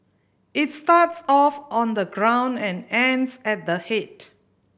its starts off on the ground and ends at the head